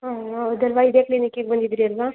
ಹಾಂ ಹೌದಲ್ವ ಇದೇ ಕ್ಲಿನಿಕ್ಕಿಗೆ ಬಂದಿದ್ರಿ ಅಲ್ವಾ